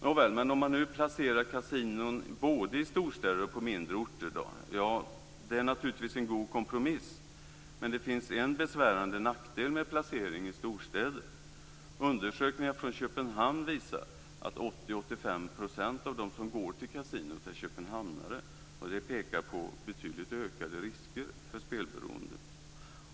Nåväl, att placera kasinon både i storstäder och på mindre orter är naturligtvis en god kompromiss, men det finns en besvärande nackdel med placering i storstäder. Undersökningar från Köpenhamn visar att 80 85 % av dem som går till kasinot är köpenhamnare, och det pekar på betydligt ökade risker för spelberoende.